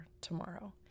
tomorrow